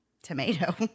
Tomato